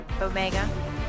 Omega